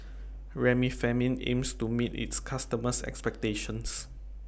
Remifemin aims to meet its customers' expectations